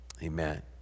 Amen